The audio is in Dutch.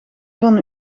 van